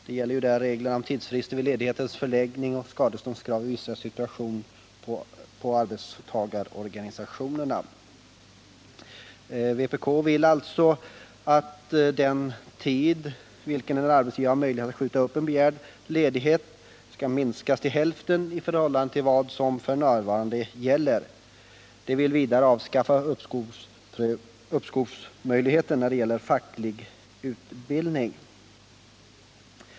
Det gäller bl.a. reglerna om tidsfrister vid ledighetens förläggning och skadeståndskrav på arbetstagarorganisationerna i vissa situationer. Vpk vill att den tid under vilken arbetsgivaren har möjlighet att skjuta upp begärd ledighet skall minskas till hälften i förhållande till vad som f. n. gäller. Vpk vill vidare avskaffa uppskovsmöjligheten för facklig utbildning.